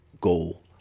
goal